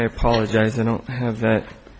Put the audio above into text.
i apologize i don't have th